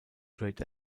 straight